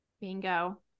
Bingo